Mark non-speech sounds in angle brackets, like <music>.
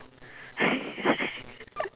<laughs>